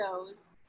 goes